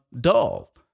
dull